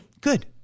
Good